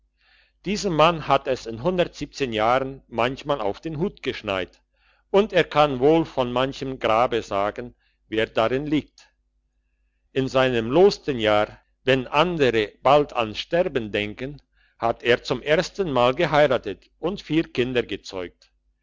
diesem mann hat es in jahren manchmal auf den hut geschneit und er kann wohl von manchem grabe sagen wer darin liegt in seinem losten jahr wenn andere bald ans sterben denken hat er zum ersten mal geheiratet und vier kinder gezeugt